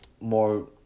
more